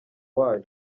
wayo